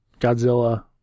Godzilla